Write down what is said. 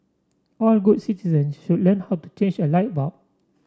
all good citizen should learn how to change a light bulb